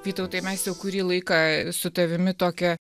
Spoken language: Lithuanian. vytautai mes jau kurį laiką su tavimi tokią